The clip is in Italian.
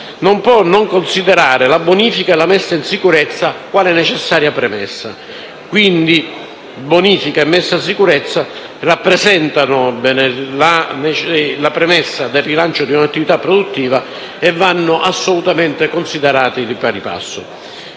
non può non considerare la bonifica e la messa in sicurezza quale necessaria premessa. Quindi, bonifica e messa in sicurezza rappresentano la premessa del rilancio di un'attività produttiva e vanno assolutamente considerate di pari passo.